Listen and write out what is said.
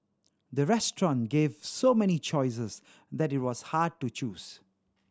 the restaurant gave so many choices that it was hard to choose